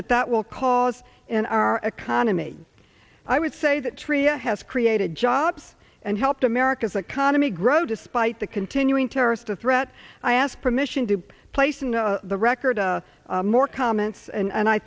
that that will cause in our economy i would say that tria has created jobs and helped america's economy grow despite the continuing terrorist a threat i ask permission to place in the record more comments and